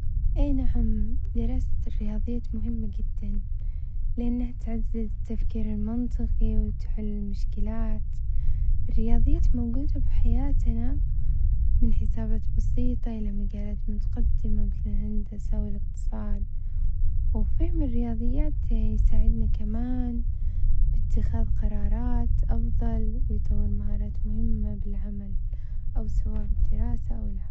إي نعم دراسة الرياضيات مهمة جدًا لأنها تعزز التفكير المنطقي وتحل المشكلاتن الرياضيات موجودة بحياتنا من حاسايات بسيطة إلى مجالات متقدمة مثل الهندسة والإقتصاد، وفهم الرياضيات يساعدنا كمان باتخاذ قرارات أفظل ويطور مهارات مهمة بالعمل، أو سواء بالدراسة أو العمل.